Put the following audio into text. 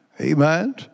Amen